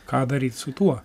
ką daryt su tuo